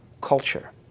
culture